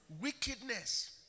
Wickedness